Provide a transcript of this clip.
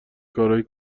کارهای